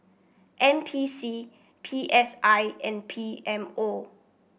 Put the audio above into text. N P C P S I and P M O